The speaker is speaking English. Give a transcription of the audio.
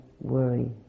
worry